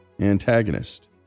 antagonist